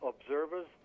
observers